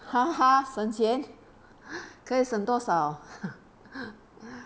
哈哈省钱 可以省多少